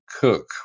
Cook